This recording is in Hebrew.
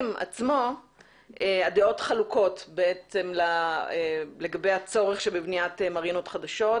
עצמו הדעות חלוקות לגבי הצורך שבבניית מרינות חדשות.